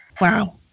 Wow